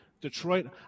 Detroit